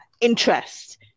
interest